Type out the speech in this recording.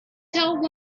till